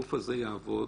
שהגוף הזה יעבוד.